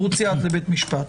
רוצי את לבית משפט.